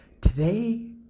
Today